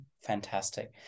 Fantastic